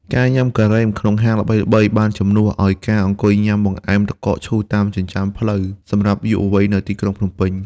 ការញ៉ាំការ៉េមក្នុងហាងល្បីៗ បានជំនួសឱ្យការអង្គុយញ៉ាំបង្អែមទឹកកកឈូសតាមចិញ្ចើមផ្លូវសម្រាប់យុវវ័យនៅទីក្រុងភ្នំពេញ។